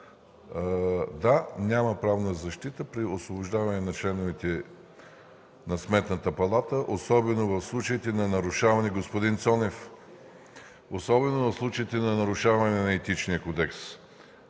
Да, няма правна защита при освобождаване на членовете на Сметната палата, особено в случаите на нарушаване, господин Цонев,